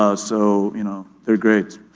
ah so you know they're great.